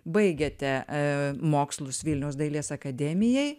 baigėte mokslus vilniaus dailės akademijai